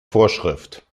vorschrift